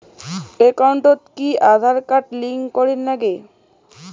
একাউন্টত কি Aadhaar card link করের নাগে?